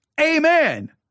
Amen